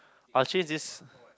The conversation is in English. I'll change this